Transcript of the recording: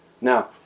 Now